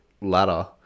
ladder